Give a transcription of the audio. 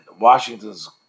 Washington's